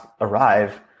arrive